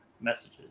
Messages